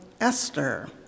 Esther